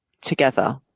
together